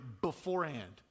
beforehand